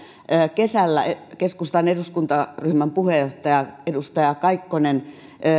kesällä keskustan eduskuntaryhmän puheenjohtaja edustaja kaikkonen